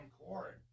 cord